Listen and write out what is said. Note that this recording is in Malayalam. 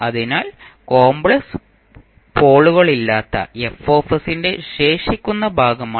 അതിനാൽ കോമ്പ്ലെക്സ് പോളുകളില്ലാത്ത F ന്റെ ശേഷിക്കുന്ന ഭാഗമാണ്